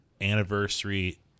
anniversary